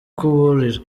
kuburira